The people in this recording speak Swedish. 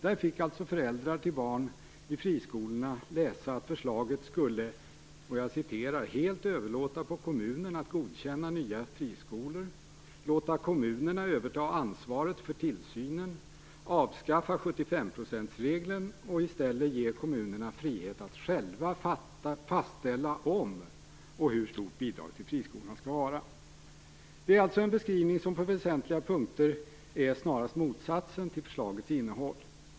Där fick alltså föräldrar till barn i friskolorna läsa att förslaget skulle helt överlåta på kommunerna att godkänna nya friskolor, låta kommunerna överta ansvaret för tillsynen, avskaffa 75-procentsregeln och i stället ge kommunerna frihet att själva fastställa om och hur stort bidraget till friskolorna skall vara. Det är en beskrivning som på väsentliga punkter är snarast motsatsen till förslagets innehåll.